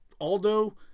Aldo